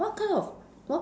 but what kind of